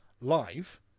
live